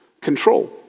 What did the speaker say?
control